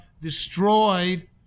destroyed